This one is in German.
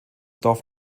dorf